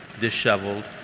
disheveled